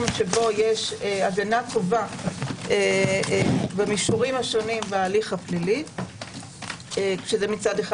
שבו יש הגנה טובה במישורים השונים בהליך הפלילי - זה מצד אחד.